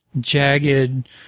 jagged